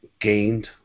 gained